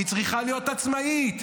היא צריכה להיות עצמאית,